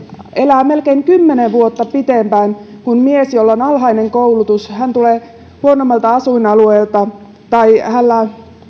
elää melkein kymmenen vuotta pitempään kuin mies jolla on alhainen koulutus joka tulee huonommalta asuinalueelta tai jolla